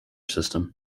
system